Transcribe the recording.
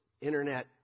Internet